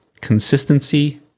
consistency